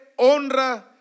honra